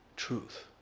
truth